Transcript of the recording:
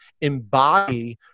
embody